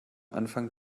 anfangen